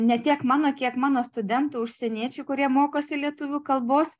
ne tiek mano kiek mano studentų užsieniečių kurie mokosi lietuvių kalbos